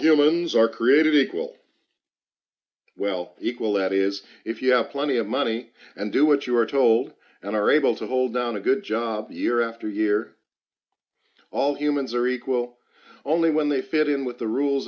humans are created equal well equal that is if you have plenty of money and do what you are told and are able to hold down a good job the year after year all humans are equal only when they fit in with the rules